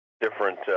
different